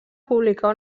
publicar